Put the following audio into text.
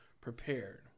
prepared